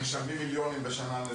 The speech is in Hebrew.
שמשלמים מיליונים בשנה.